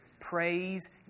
Praise